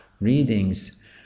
readings